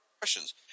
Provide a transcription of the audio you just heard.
questions